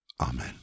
Amen